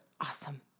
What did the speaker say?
awesome